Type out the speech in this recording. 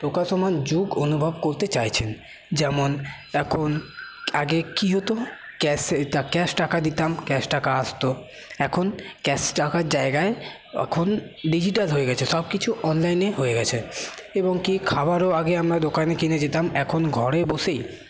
প্রকাশমান যুগ অনুভব করতে চাইছেন যেমন এখন আগে কি হতো ক্যাশে ক্যাশ টাকা দিতাম ক্যাশ টাকা আসতো এখন ক্যাশ টাকার জায়গায় এখন ডিজিটাল হয়ে গেছে সব কিছু অনলাইনে হয়ে গেছে এবং কি খাবারও আগে আমরা দোকানে কিনে যেতাম এখন ঘরে বসেই